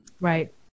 Right